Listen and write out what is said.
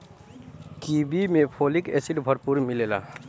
kiwi में folic acid भरपूर मिलेला